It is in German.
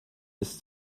ist